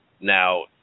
Now